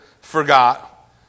forgot